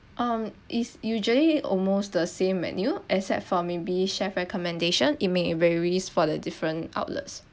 um it's usually almost the same menu except for maybe chef's recommendation it may varies for the different outlets